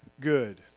good